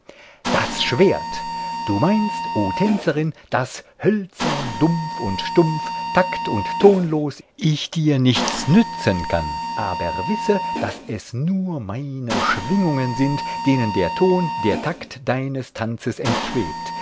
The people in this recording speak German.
das schwert du meinst o tänzerin daß hölzern dumpf und stumpf takt und tonlos ich dir nichts nützen kann aber wisse daß es nur meine schwingungen sind denen der ton der takt deines tanzes entschwebt